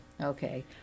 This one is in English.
Okay